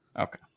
Okay